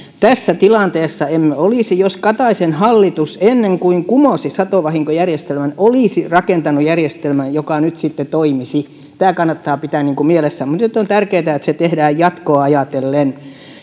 tässä tilanteessa emme olisi jos kataisen hallitus ennen kuin kumosi satovahinkojärjestelmän olisi rakentanut järjestelmän joka nyt sitten toimisi tämä kannattaa pitää mielessä mutta nyt on tärkeätä että se tehdään jatkoa ajatellen